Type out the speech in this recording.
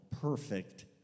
perfect